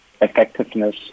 effectiveness